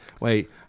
Wait